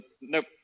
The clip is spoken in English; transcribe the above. Nope